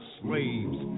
slaves